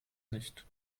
nicht